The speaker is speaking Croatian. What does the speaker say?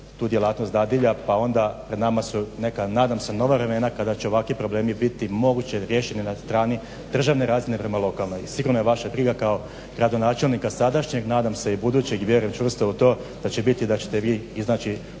tu djelatnost dadilja. Pa onda pred nama su neka nadam se nova vremena kada će ovakvi problemi biti moguće riješiti na strani državne razine prema lokalnoj. Sigurno je vaša briga kao gradonačelnika sadašnjeg, nadam se i budućeg i vjerujem čvrsto u to da će biti i da ćete vi iznaći